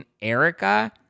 Erica